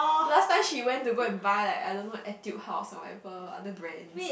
last time she went to go like buy like I don't know Etude house or whatever other brands